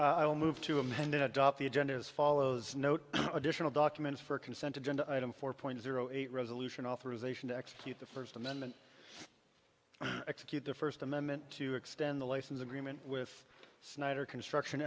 to move to amended adopt the agenda as follows note additional documents for a consent agenda item four point zero eight resolution authorization to execute the first amendment and execute the first amendment to extend the license agreement with snyder construction